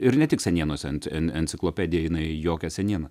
ir ne tik senienose en enciklopedija jinai jokia seniena